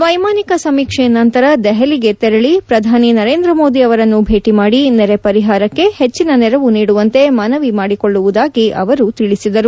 ವೈಮಾನಿಕ ಸಮೀಕ್ಷೆ ನಂತರ ದೆಹಲಿಗೆ ತೆರಳಿ ಪ್ರಧಾನಿ ನರೇಂದ್ರ ಮೋದಿ ಅವರನ್ನು ಭೇಟಿ ಮಾಡಿ ನೆರೆ ಪರಿಹಾರಕ್ಕೆ ಹೆಚ್ಚಿನ ನೆರವು ನೀಡುವಂತೆ ಮನವಿ ಮಾಡಿಕೊಳ್ಳುವುದಾಗಿ ಅವರು ತಿಳಿಸಿದರು